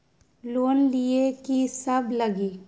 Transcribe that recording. Loan लिए की सब लगी?